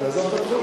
תעזוב את התחום כבר.